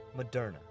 Moderna